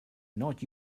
not